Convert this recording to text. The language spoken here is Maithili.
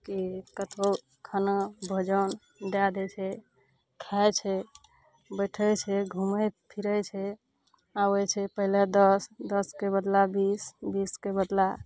की कतहो खाना भोजन दए दै छै खाय छै बैठै छै घुमै फिरै छै आबै छै पहिलए दस दसके बदला बीस बीसके बदला